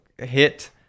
Hit